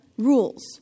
Rules